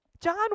John